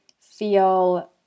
feel